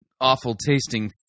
awful-tasting